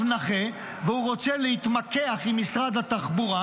נכה והוא רוצה להתמקח עם משרד התחבורה,